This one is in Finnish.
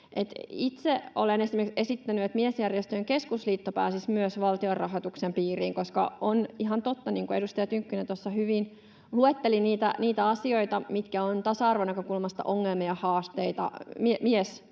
itse olen esimerkiksi esittänyt, että Miesjärjestöjen keskusliitto pääsisi myös valtionrahoituksen piiriin, koska on ihan totta, niin kuin edustaja Tynkkynen tuossa hyvin luetteli niitä asioita, mitkä ovat tasa-arvonäkökulmasta ongelmia, haasteita, miessukupuolen